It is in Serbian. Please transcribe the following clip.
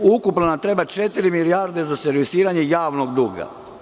Ukupno nam treba četiri milijarde za servisiranje javnog duga.